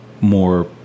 more